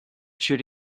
should